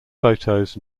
photos